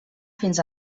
fins